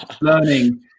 learning